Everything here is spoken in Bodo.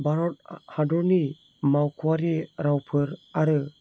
भारत हादरनि मावख'आरि रावफोर आरो